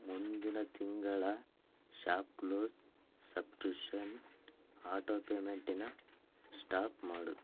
ಮುಂದಿನ ತಿಂಗಳ ShopClues subscription auto ಪೇಮೆಂಟಿನ ಸ್ಟಾಪ್ ಮಾಡು